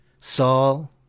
Saul